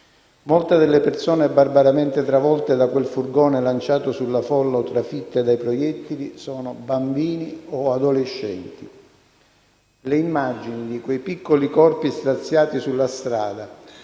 Molte delle persone barbaramente travolte da quel furgone lanciato sulla folla o trafitte dai proiettili sono bambini e adolescenti. Le immagini di quei piccoli corpi straziati sulla strada,